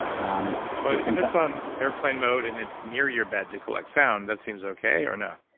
um but if it's on airplane mode and it's near your bed to collect sound, that seems okay, or no?